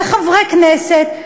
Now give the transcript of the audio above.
וחברי כנסת,